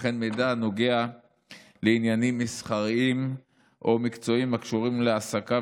וכן מידע הנוגע לעניינים מסחריים או מקצועיים הקשורים לעסקיו